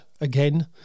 again